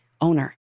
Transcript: owner